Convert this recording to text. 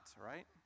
right